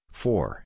four